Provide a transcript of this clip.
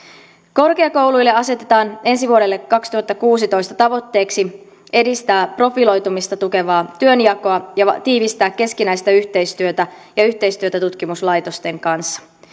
korkeakouluille asetetaan ensi vuodelle kaksituhattakuusitoista tavoitteeksi edistää profiloitumista tukevaa työnjakoa ja tiivistää keskinäistä yhteistyötä ja yhteistyötä tutkimuslaitosten kanssa